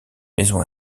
maison